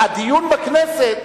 הדיון בכנסת,